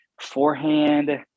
forehand